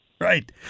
Right